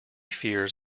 fears